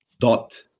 dot